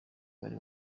wari